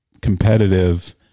competitive